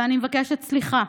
ואני מבקשת סליחה,